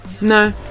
no